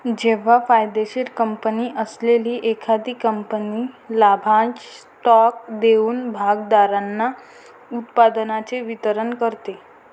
जेव्हा फायदेशीर कंपनी असलेली एखादी कंपनी लाभांश स्टॉक देऊन भागधारकांना उत्पन्नाचे वितरण करते